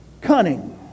cunning